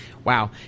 Wow